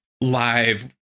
live